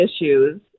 issues